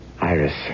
Iris